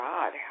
God